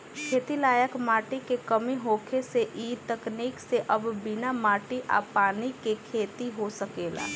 खेती लायक माटी के कमी होखे से इ तकनीक से अब बिना माटी आ पानी के खेती हो सकेला